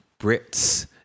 Brits